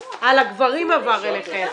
לא, הצעירים -- הגברים עבר אליכם?